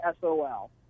SOL